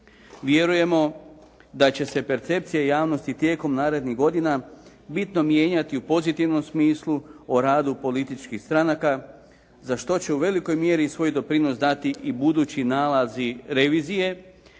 Vjerujemo da će se percepcija javnosti tijekom narednih godina bitno mijenjati u pozitivnom smislu o radu političkih stranaka za što će u velikoj mjeri i svoj doprinos dati i budući nalazi revizije